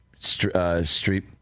Streep